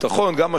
גם השב"כ,